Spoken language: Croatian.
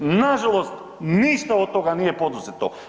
Na žalost ništa od toga nije poduzeto.